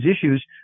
issues